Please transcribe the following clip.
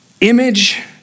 Image